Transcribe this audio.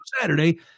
Saturday